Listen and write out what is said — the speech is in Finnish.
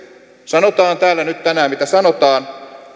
sanotaan täällä nyt tänään mitä sanotaan